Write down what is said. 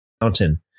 mountain